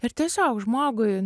ir tiesiog žmogui